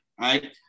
right